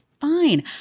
fine